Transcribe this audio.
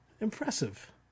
Impressive